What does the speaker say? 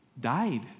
died